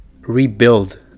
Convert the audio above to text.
rebuild